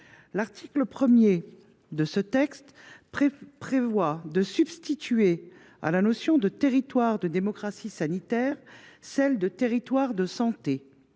L’article 1 prévoit de substituer à la notion de « territoire de démocratie sanitaire » celle de « territoire de santé